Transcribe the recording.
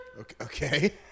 okay